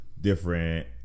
different